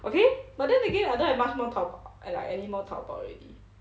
okay but then again I don't have much more Taob~ like anymore Taobao already